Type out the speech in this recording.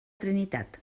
trinitat